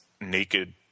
naked